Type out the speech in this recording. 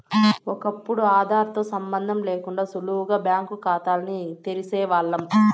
ఒకప్పుడు ఆదార్ తో సంబందం లేకుండా సులువుగా బ్యాంకు కాతాల్ని తెరిసేవాల్లం